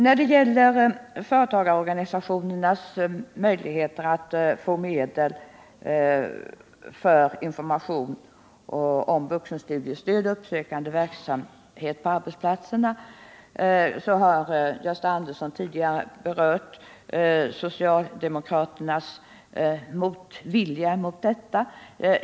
När det gäller företagarorganisationernas möjligheter att få medel för information om vuxenstudiestöd och uppsökande verksamhet på arbetsplatserna har Gösta Andersson tidigare berört socialdemokraternas motvilja mot detta.